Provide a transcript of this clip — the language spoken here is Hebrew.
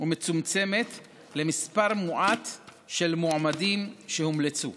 ומצומצמת למספר מועט של מועמדים שהומלצו.